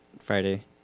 Friday